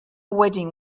wedding